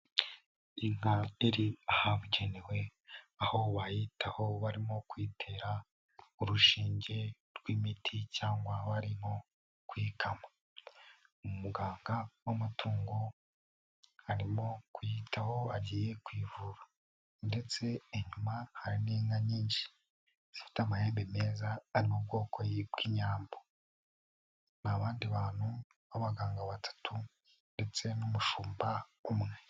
Inka iri ahabugenewe aho bayitaho barimo kuyitera urushinge rw'imiti cyangwa barimo kuyikama, umuganga w'amatungo arimo kuyitaho agiye kuyivura, ndetse inyuma hari n'inka nyinshi zifite amahembe meza ari mu bwoko bw'Inyambo, ni abandi bantu b'abaganga batatu ndetse n'umushumba umwe.